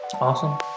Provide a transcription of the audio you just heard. Awesome